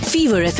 Fever